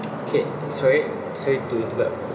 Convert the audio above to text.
okay sorry sorry to interrupt